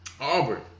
Auburn